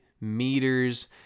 meters